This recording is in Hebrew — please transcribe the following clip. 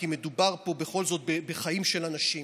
כי מדובר פה בכל זאת בחיים של אנשים,